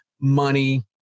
money